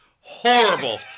horrible